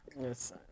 Yes